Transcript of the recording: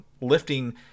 lifting